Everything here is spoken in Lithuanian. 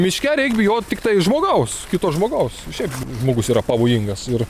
miške reik bijot tiktai žmogaus kito žmogaus šiaip žmogus yra pavojingas ir